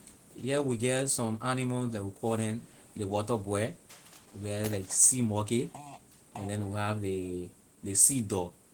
Here we get some animal that we call them ley water bird we get like sea monkey and then we have the sea duck